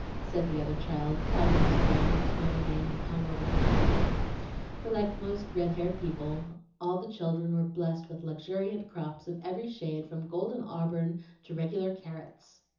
said the other child, proudly surveying the tawny mane that hung over her shoulders for like most red-haired people all the children were blessed with luxuriant crops of every shade from golden auburn to regular carrots.